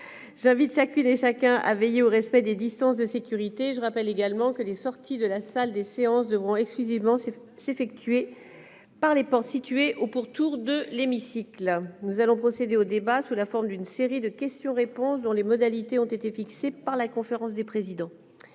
J'invite chacune et chacun à veiller au respect des distances de sécurité. Je rappelle également que les sorties devront exclusivement s'effectuer par les portes situées au pourtour de l'hémicycle. Nous allons procéder au débat sous la forme d'une série de questions-réponses dont les modalités ont été fixées par la conférence des présidents.